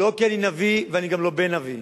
לא כי אני נביא ואני גם לא בן נביא.